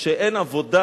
שכשאין עבודה